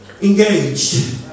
engaged